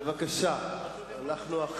בבקשה, אדוני.